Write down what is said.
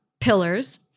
pillars